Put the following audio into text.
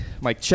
Mike